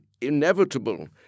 inevitable